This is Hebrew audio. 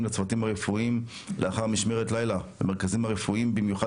לצוותים הרפואיים לאחר משמרת לילה במרכזים הרפואיים במיוחד